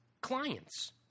clients